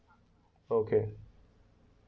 okay